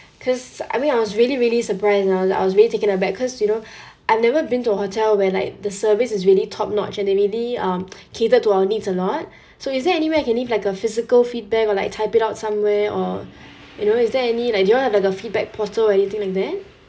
cause I mean I was really really surprised I was I was really really taken aback cause you know I've never been to hotel where like the service is really top notch and it really um catered to our needs a lot so is there any way I can leave like a physical feedback or like type it out somewhere or you know is there any like do you all have like a feedback portal or anything like that